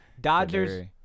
Dodgers